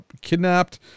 kidnapped